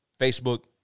Facebook